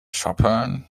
shoppen